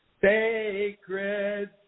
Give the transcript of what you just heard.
sacred